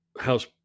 house